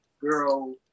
girl